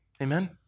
Amen